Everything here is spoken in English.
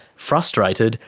frustrated,